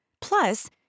Plus